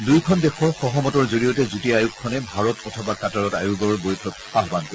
দুয়োখন দেশৰ সহমতৰ জৰিয়তে যুটীয়া আয়োগখনে ভাৰত অথবা কাটাৰত আয়োগৰ বৈঠক আয়ান কৰিব